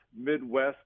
Midwest